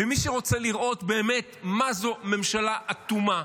ומי שרוצה לראות באמת מה זו ממשלה אטומה,